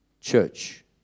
church